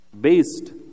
based